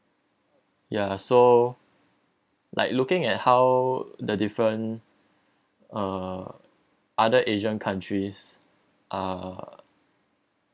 ya so like looking at how the different uh other asian countries uh